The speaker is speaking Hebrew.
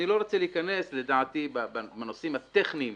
אני לא רוצה להיכנס לנושאים הטכניים